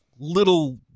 little